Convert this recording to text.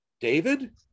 David